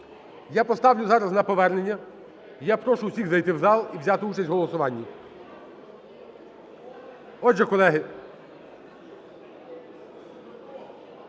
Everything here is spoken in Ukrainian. Я поставлю зараз на повернення, і я прошу усіх зайти в зал і взяти участь в голосуванні. Отже, колеги,